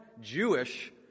jewish